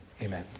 amen